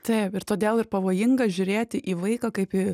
taip ir todėl ir pavojinga žiūrėti į vaiką kaip į